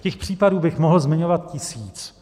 Těch případů bych mohl zmiňovat tisíc.